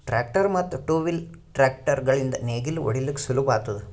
tractor ಮತ್ತ್ two wheel tractor ಗಳಿಂದ್ ನೇಗಿಲ ಹೊಡಿಲುಕ್ ಸುಲಭ ಆತುದ